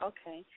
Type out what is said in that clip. Okay